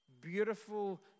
beautiful